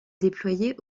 déployer